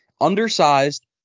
Undersized